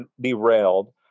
derailed